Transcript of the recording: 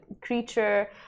creature